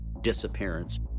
disappearance